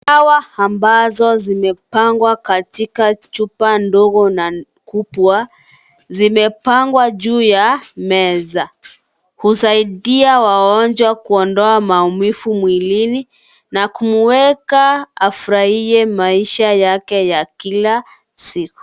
Dawa ambazo zimepangwa katika chupa ndogo na kubwa, zimepangwa juu ya meza. Husaidia wagonjwa kuondoa maumivu mwilini, na kumuwekwa afurahie maisha yake ya kila siku.